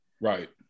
right